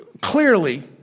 Clearly